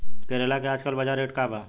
करेला के आजकल बजार रेट का बा?